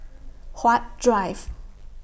Huat Drive